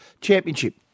Championship